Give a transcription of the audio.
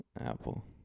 Apple